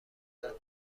داد